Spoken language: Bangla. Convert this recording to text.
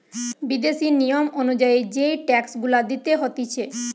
বিদেশি নিয়ম অনুযায়ী যেই ট্যাক্স গুলা দিতে হতিছে